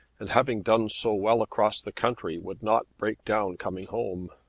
and having done so well across the country, would not break down coming home.